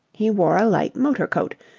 he wore a light motor-coat,